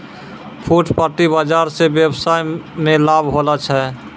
फुटपाटी बाजार स वेवसाय मे लाभ होलो छै